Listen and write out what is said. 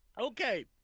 Okay